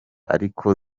ariko